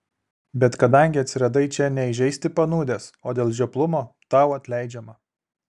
bet kadangi atsiradai čia ne įžeisti panūdęs o dėl žioplumo tau atleidžiama